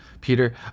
peter